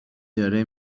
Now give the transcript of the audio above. داره